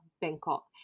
Bangkok